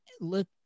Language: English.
look